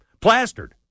plastered